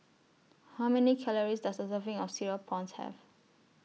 How Many Calories Does A Serving of Cereal Prawns Have